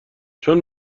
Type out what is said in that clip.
چون